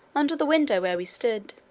under the window where we stood.